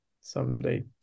someday